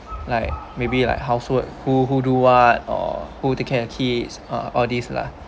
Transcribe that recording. like maybe like housework who who do what or who take care the keys ah all these lah